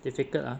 difficult ah